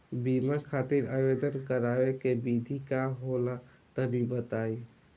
बीमा खातिर आवेदन करावे के विधि का होला तनि बताईं?